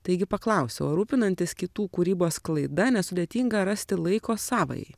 taigi paklausiau ar rūpinantis kitų kūrybos sklaida nesudėtinga rasti laiko savajai